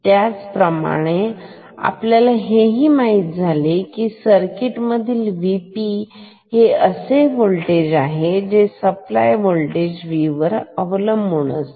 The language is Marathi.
त्याचप्रमाणे आपल्याला हे ही माहित आहे की सर्किट मधील VP हे असे होल्टेज आहे जे सप्लाय होल्टेज V वर अवलंबून असते